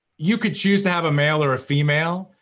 you could choose to have a male or a female,